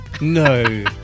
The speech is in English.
No